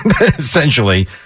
essentially